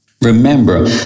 Remember